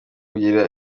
kugira